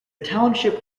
township